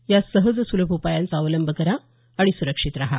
या सहज सुलभ उपायांचा अवलंब करा आणि सुरक्षित रहा